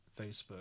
Facebook